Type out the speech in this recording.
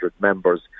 members